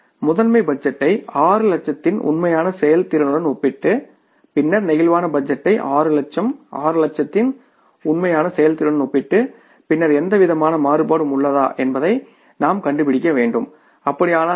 master பட்ஜெட்டை 6 லட்சத்தின் உண்மையான செயல்திறனுடன் ஒப்பிட்டு பின்னர் பிளேக்சிபிள் பட்ஜெட்டை 6 லட்சம் 6 லட்சத்தின் உண்மையான செயல்திறனுடன் ஒப்பிட்டு பின்னர் எந்த விதமான மாறுபாடும் உள்ளதா என்பதை நாம் கண்டுபிடிக்க முடியும் அப்படியானால் என்ன